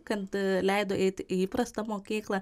kad leido eiti į įprastą mokyklą